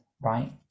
right